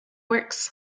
works